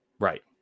Right